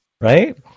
right